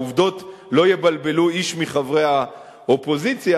העובדות לא יבלבלו איש מחברי האופוזיציה.